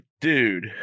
dude